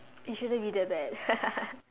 it shouldn't be that bad